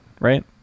right